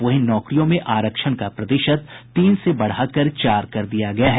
वहीं नौकरियों में आरक्षण का प्रतिशत तीन से बढ़ा कर चार कर दिया गया है